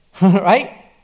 right